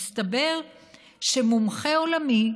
מסתבר שמומחה עולמי,